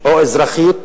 או אזרחית